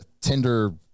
Tinder